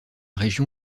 région